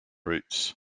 routes